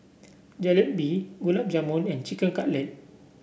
Jalebi Gulab Jamun and Chicken Cutlet